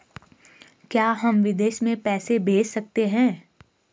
क्या हम विदेश में पैसे भेज सकते हैं?